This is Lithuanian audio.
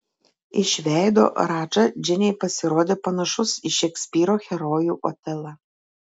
iš veido radža džeinei pasirodė panašus į šekspyro herojų otelą